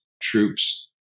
troops